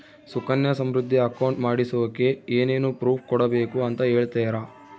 Sukanya Samriddhi account ಮಾಡಿಸೋಕೆ ಏನೇನು proof ಕೊಡಬೇಕು ಅಂತ ಹೇಳ್ತೇರಾ?